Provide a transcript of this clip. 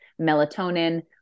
melatonin